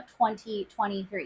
2023